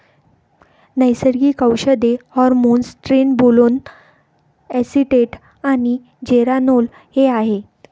नैसर्गिक औषधे hormones trenbolone acetate आणि जेरानोल हे आहेत